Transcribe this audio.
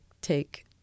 take